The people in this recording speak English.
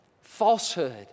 falsehood